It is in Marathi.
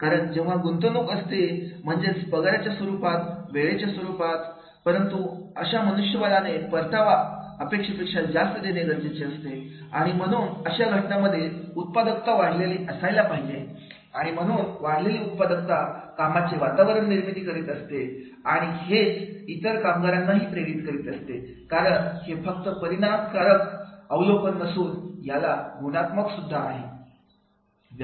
कारण जेव्हा गुंतवणूक असते म्हणजेच पगाराच्या स्वरूपात वेळेच्या स्वरूपात परंतु अशा मनुष्यबळाने परतावा अपेक्षेपेक्षा जास्त देणे गरजेचे असते आणि म्हणून अशा घटनांमध्ये उत्पादकता वाढलेली असायला पाहिजे आणि म्हणून वाढलेली उत्पादकता कामाचे वातावरण निर्मिती करीत असते आणि तेच इतर कामगारांनाही प्रेरित करीत असते कारण हे फक्त परिमाणात्मक अवलोकन नसून याला गुणात्मक सुद्धा आहे